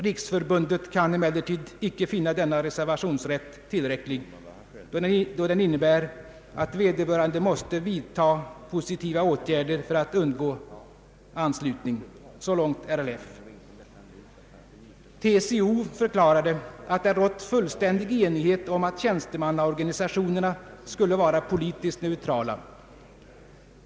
Riksförbundet kan emellertid icke finna denna reservationsrätt tillräcklig, då den innebär, att vederbörande måste vidtaga positiva åtgärder för att undgå anslutning.” TCO förklarade att det rådde fullständig enighet om att tjänstemannaorganisationerna skulle vara politiskt neutrala.